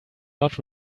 not